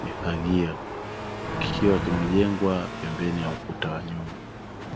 mifagio, kikiwa kimejengwa pembeni ya ukuta wa nyumba.